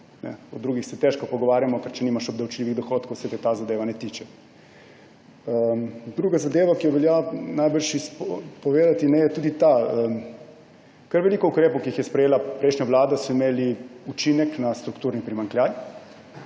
O drugih se težko pogovarjamo, ker če nimaš obdavčljivih dohodkov, se te ta zadeva ne tiče. Druga zadeva, ki jo velja povedati. Kar veliko ukrepov, ki jih je sprejela prejšnja vlada, je imelo učinek na strukturni primanjkljaj